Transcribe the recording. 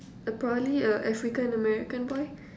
uh probably a African american boy